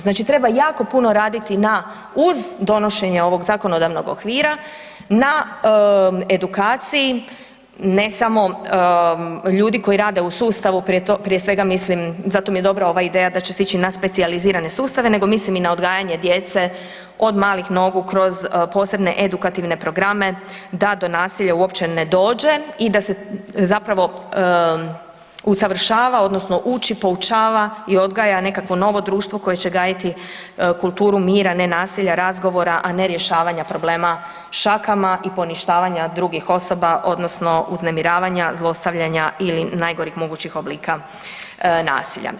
Znači treba jako puno raditi na uz donošenje ovog zakonodavnog okvira na edukaciji ne samo ljudi koji rade u sustavu, prije svega mislim, zato mi je dobra ova ideja da će se ići na specijalizirane sustave, nego mislim i na odgajanje djece od malih nogu kroz posebne edukativne programe da do nasilja uopće ne dođe i da se zapravo usavršava odnosno uči, poučava i odgaja nekakvo novo društvo koje će gajiti kulturu milja, ne nasilja, razgovora, a ne rješavanja problema šakama i poništavanja drugih osoba, odnosno uznemiravanja, zlostavljanja ili najgorih mogućih oblika nasilja.